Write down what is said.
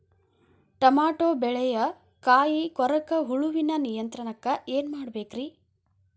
Tomato ಬೆಳೆಯ ಕಾಯಿ ಕೊರಕ ಹುಳುವಿನ ನಿಯಂತ್ರಣಕ್ಕ ಏನ್ ಮಾಡಬೇಕ್ರಿ?